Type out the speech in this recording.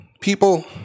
people